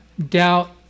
doubt